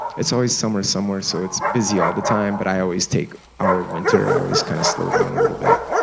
it's always summer somewhere, so it's busy all the time, but i always take our winter, i always kind of slow down a little bit.